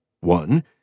One